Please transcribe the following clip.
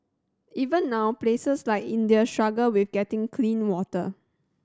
even now places like India struggle with getting clean water